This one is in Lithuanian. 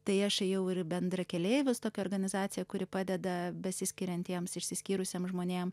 tai aš ėjau ir į bendrakeleivius tokią organizaciją kuri padeda besiskiriantiems išsiskyrusiem žmonėm